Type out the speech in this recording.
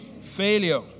failure